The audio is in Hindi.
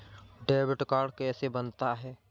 डेबिट कार्ड कैसे बनता है?